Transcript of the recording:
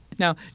Now